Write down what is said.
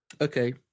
Okay